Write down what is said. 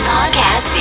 Podcast